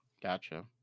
Gotcha